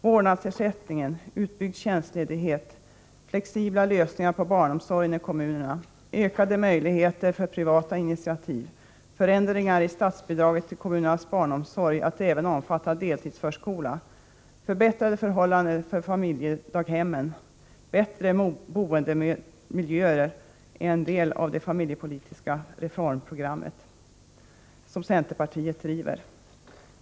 Vårdnadsersättningen, utbyggd tjänstledighet, flexibla lösningar på barnomsorgen i kommunerna, ökade möjligheter för privata initiativ, förändringar i statsbidraget till kommunernas barnomsorg att även omfatta deltidsförskola, förbättrade förhållanden för familjedaghemmen, bättre boendemiljöer är en del av det familjepolitiska reformprogram som centerpartiet driver.